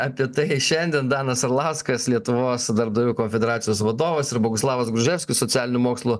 apie tai šiandien danas arlauskas lietuvos darbdavių konfederacijos vadovas ir boguslavas gruževskis socialinių mokslų